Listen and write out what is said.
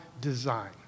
design